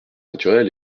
naturel